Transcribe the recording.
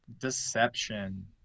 Deception